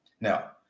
Now